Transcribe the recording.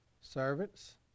servants